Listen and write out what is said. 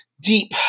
Deep